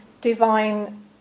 divine